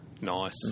Nice